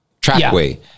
trackway